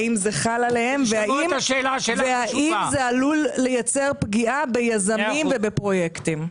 האם זה חל עליהם והאם זה עלול לייצר פגיעה ביזמים ובפרויקטים?